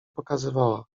pokazywała